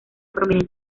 prominente